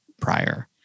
prior